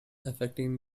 affecting